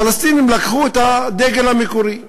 הפלסטינים לקחו את הדגל המקורי,